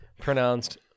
Pronounced